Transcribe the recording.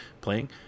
playing